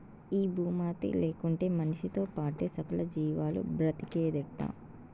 ఈ భూమాతే లేకుంటే మనిసితో పాటే సకల జీవాలు బ్రతికేదెట్టా